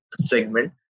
segment